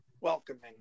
welcoming